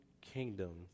kingdom